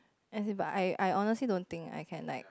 as in but I I honestly don't think I can like